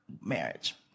marriage